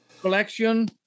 Collection